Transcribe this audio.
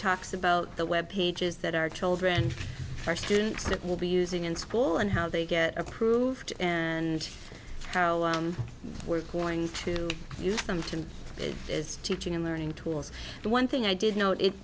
talks about the web pages that our children and our students that we'll be using in school and how they get approved and how we're going to use them to it is teaching and learning tools but one thing i did know i